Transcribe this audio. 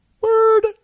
Word